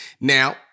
Now